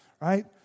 right